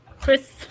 Chris